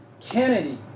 Kennedy